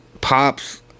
Pops